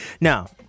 Now